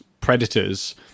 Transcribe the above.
predators